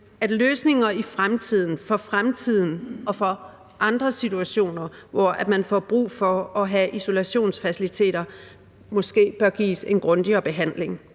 at løsninger for fremtiden og for andre situationer, hvor man får brug for at have isolationsfaciliteter, måske bør gives en grundigere behandling.